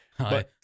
Hi